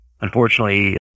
Unfortunately